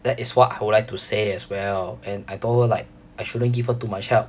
that is what I would like to say as well and I told her like I shouldn't give her too much help